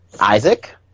Isaac